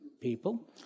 people